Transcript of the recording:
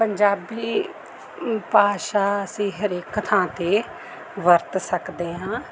ਪੰਜਾਬੀ ਭਾਸ਼ਾ ਅਸੀਂ ਹਰੇਕ ਥਾਂ 'ਤੇ ਵਰਤ ਸਕਦੇ ਹਾਂ